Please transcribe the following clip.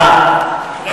הממשלה הקודמת?